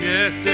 Yes